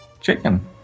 chicken